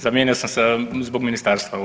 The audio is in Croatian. Zamijenio sam zbog ministarstva.